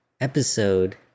episode